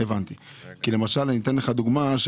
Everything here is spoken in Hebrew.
אני אתן לך דוגמה.